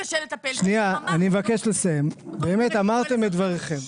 אני מבקש לסיים, אתם אמרתם את דבריכם.